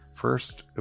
First